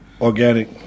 organic